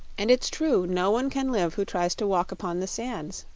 and it's true no one can live who tries to walk upon the sands.